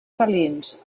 felins